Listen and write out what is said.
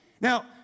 now